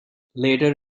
later